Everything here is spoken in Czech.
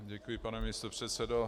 Děkuji, pane místopředsedo.